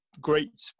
great